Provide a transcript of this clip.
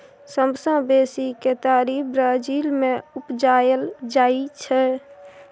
सबसँ बेसी केतारी ब्राजील मे उपजाएल जाइ छै